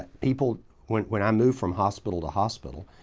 people when when i move from hospital to hospital,